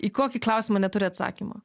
į kokį klausimą neturi atsakymo